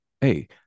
Hey